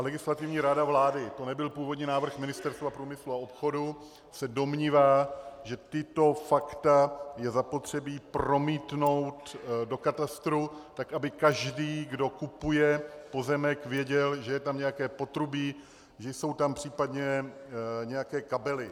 Legislativní rada vlády, to nebyl původní návrh Ministerstva průmyslu a obchodu, se domnívá, že tato fakta je potřeba promítnout do katastru tak, aby každý, kdo kupuje pozemek, věděl, že je tam nějaké potrubí, jsou tam případně nějaké kabely.